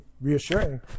reassuring